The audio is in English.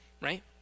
right